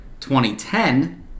2010